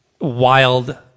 wild